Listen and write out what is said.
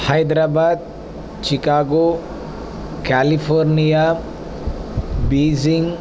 Hyderabad Chicago California Beijing